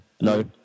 No